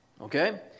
Okay